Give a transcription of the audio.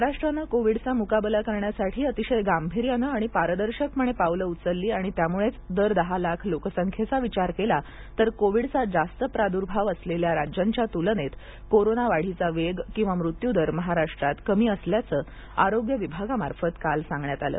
महाराष्ट्रानं कोविडचा मुकाबला करण्यासाठी अतिशय गांभीर्यानं आणि पारदर्शकपणे पावलं उचलली आणि त्यामुळेच दर दहा लाख लोकसंख्येचा विचार केला तर कोविडचा जास्त प्रादुर्भाव असलेल्या राज्यांच्या तुलनेत कोरोना वाढीचा वेग किंवा मृत्यूदर महाराष्ट्रात कमी असल्याचं आरोग्य विभागामार्फत काल सांगण्यात आलं